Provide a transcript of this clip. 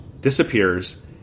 disappears